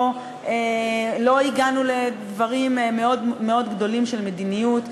לא הגענו פה לדברים מאוד מאוד גדולים של מדיניות,